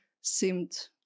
seemed